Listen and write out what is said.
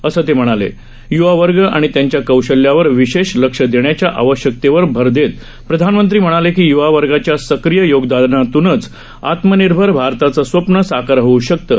असं ते म्हणालें य्वा वर्ग आणि त्यांच्या कौशल्यावर विशेष लक्ष देण्याच्या आवश्यकतेवर भर देत प्रधानमंत्री म्हणाले की युवा वर्गाच्या सक्रिय योगदानातूनच आत्मनिर्भर भारताचं स्वप्न साकार होऊ शकतं